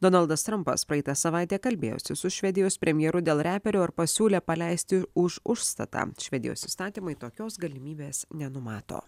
donaldas trampas praeitą savaitę kalbėjosi su švedijos premjeru dėl reperio ir pasiūlė paleisti už užstatą švedijos įstatymai tokios galimybės nenumato